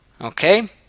Okay